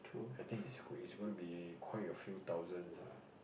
I think it's it's gonna be quite a few thousands ah